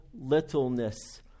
littleness